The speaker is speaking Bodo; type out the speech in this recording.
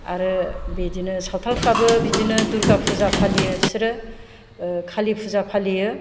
आरो बिदिनो सावथालफ्राबो बिदिनो दुर्गा फुजा फालियो बिसोरो कालि फुजा फालियो